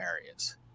areas